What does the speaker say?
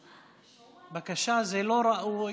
בבקשה, זה לא ראוי.